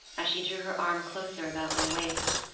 as she drew her arm closer about my waist,